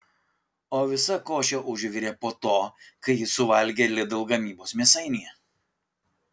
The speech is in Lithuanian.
o visa košė užvirė po to kai jis suvalgė lidl gamybos mėsainį